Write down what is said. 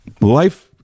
Life